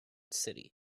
city